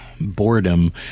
Boredom